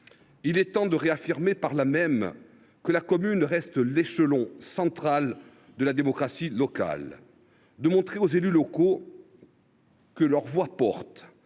il est temps de réaffirmer, par là même, que la commune reste l’échelon central de la démocratie locale, de montrer aux élus locaux que leur voix porte